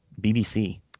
BBC